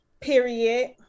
period